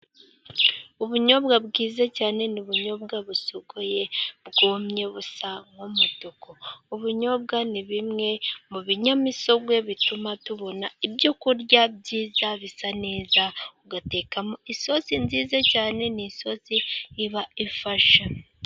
Ubunyobwa bwiza cyane ni ubunyobwa busogoye, bwumye busa n' umutuku; ubunyobwa ni bimwe mu binyamisogwe, bituma tubona ibyo kurya byiza bisa neza, ugatekamo isosi nziza cyane n' isozi iba ifasha.